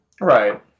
Right